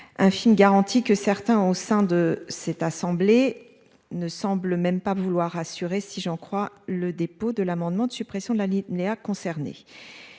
Film garantit que certains au sein de cette assemblée. Ne semble même pas vouloir assurer si j'en crois le dépôt de l'amendement de suppression de l'alinéa concernés.